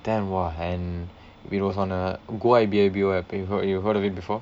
then !wah! and we were on a Goibibo app you've you heard of it before